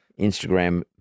Instagram